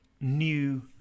new